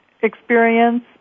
experience